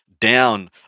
down